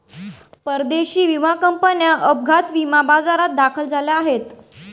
परदेशी विमा कंपन्या अपघात विमा बाजारात दाखल झाल्या आहेत